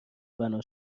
بنا